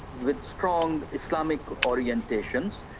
with strong islamic orientations.